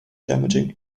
damaging